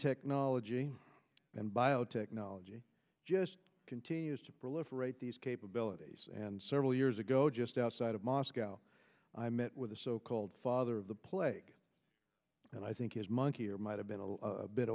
technology and biotechnology just continues to proliferate these capabilities and several years ago just outside of moscow i met with the so called father of the plague and i think his monkey or might have been